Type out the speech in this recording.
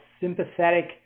sympathetic